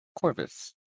Corvus